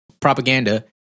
propaganda